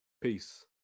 Peace